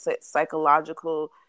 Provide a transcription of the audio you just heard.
psychological